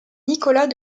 nicolas